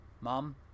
Mom